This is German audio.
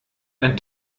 ein